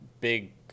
big